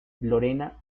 lorena